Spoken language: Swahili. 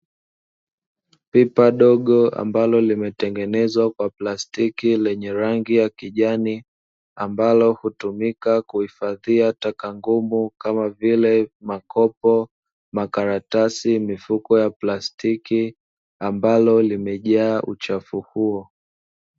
Pipa dogo ambalo limetengenezwa kwa plastiki lenye rangi ya kijani ambalo hutumika kuhifadhia taka ngumu kama vile makopo, makaratasi, mifuko ya plastiki ambalo limejaa uchafu huo.